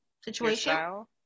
situation